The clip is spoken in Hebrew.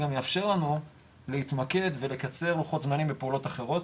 זה גם יאפשר לנו להתמקד ולקצר לוחות זמנים ופעולות אחרות,